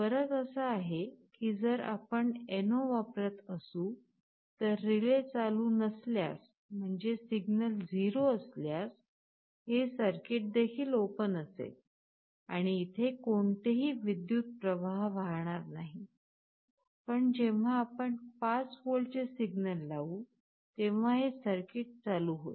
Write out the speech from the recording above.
फरक असा आहे की जर आपण NO वापरत असू तर रिले चालू नसल्यास म्हणजे सिग्नल 0 असल्यासहे सर्किट देखील ओपन असेल आणि इथे कोणतेही विद्युत प्रवाह वाहणार नाही पण जेव्हा आपण 5 व्होल्टचे सिग्नल लावू तेव्हा हे सर्किट चालू होईल